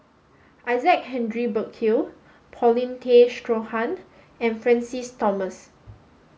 Isaac Henry Burkill Paulin Tay Straughan and Francis Thomas